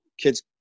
kids